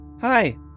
hi